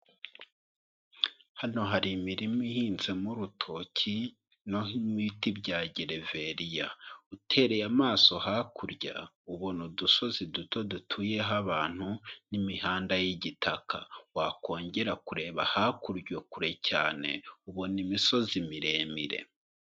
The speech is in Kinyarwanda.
Hano hari imirima ihinzemo urutoki n'ibiti bya gereveriya, utereye amaso hakurya ubona udusozi duto dutuyeho abantu n'imihanda y'igitaka, wakongera kureba hakurya kure cyane ubona imisozi miremire.